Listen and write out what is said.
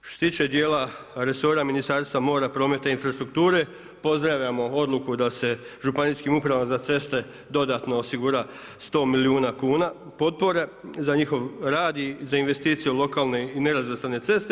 Što se tiče dijela resora Ministarstva mora, prometa i infrastrukture, pozdravljamo odluku da se županijskim upravama za ceste dodatno osigura 100 milijuna kuna potpore za njihov rad i za investicije lokalne i nerazvrstane ceste.